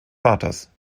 vaters